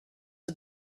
are